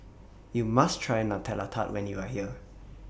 YOU must Try Nutella Tart when YOU Are here